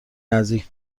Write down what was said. نزدیک